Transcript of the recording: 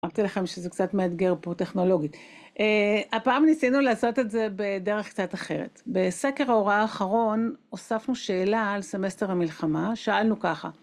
אמרתי לכם שזה קצת מאתגר פה טכנולוגית. הפעם ניסינו לעשות את זה בדרך קצת אחרת. בסקר ההוראה האחרון, הוספנו שאלה על סימסטר המלחמה, שאלנו ככה: